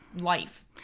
life